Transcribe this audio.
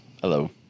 Hello